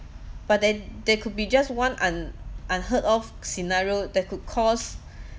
but then there could be just one un~ unheard of scenario that could cause